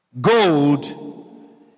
Gold